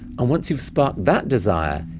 and once you've sparked that desire,